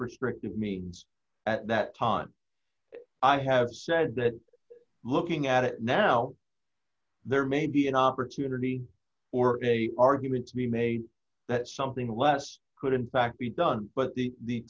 restrictive means at that time i have said that looking at it now there may be an opportunity or a argument to be made that something less could in fact be done but the